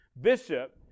bishop